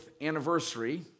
anniversary